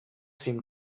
seem